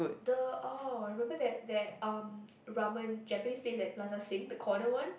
the orh remember that that um ramen Japanese place at Plaza-Sing the corner one